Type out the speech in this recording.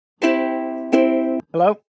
Hello